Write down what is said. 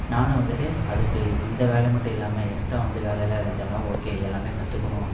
நானும் வந்துவிட்டு அதுக்கு இந்த வேலை மட்டும் இல்லாமல் எக்ஸ்ட்ரா வந்து வேலைலாம் இருந்தாலும் ஓகே எல்லாமே கற்றுக்கணும்